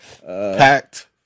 packed